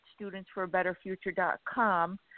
studentsforabetterfuture.com